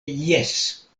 jes